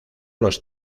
los